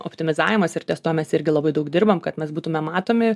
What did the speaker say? optimizavimas ir ties tuo mes irgi labai daug dirbam kad mes būtume matomi